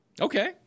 Okay